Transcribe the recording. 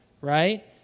right